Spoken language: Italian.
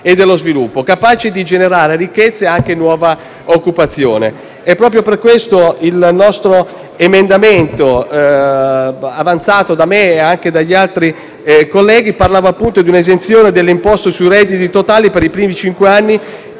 e dello sviluppo, capace di generare ricchezza e anche nuova occupazione. Proprio per questo un emendamento, presentato da me e da altri colleghi, parlava di un'esenzione dalle imposte sui redditi totali per i primi cinque anni